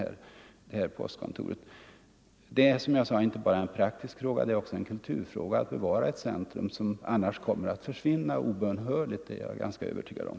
förekomsten här postkontoret. Detta är inte bara en praktisk fråga, utan det är också = av svenskt bidrag till som jag nyss sagt en kulturell fråga att bevara ett levande centrum som = utländska befrielseannars obönhörligt kommer att försvinna helt — det är jag ganska över = rörelsers militära tygad om.